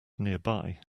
nearby